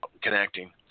connecting